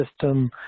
system